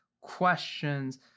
questions